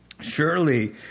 Surely